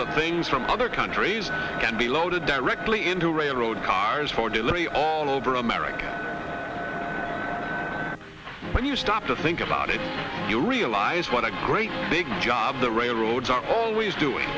that things from other countries can be loaded directly into railroad cars for delivery all over america when you stop to think about it you realize what a great big job the railroads are always doing